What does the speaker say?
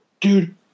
dude